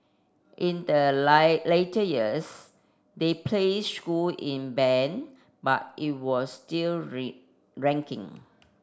in the later years they placed school in band but it was still ranking